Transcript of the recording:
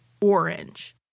orange